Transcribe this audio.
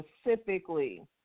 specifically